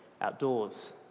outdoors